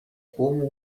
como